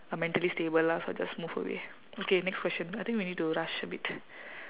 uh mentally stable lah so I just move away okay next question I think we need to rush a bit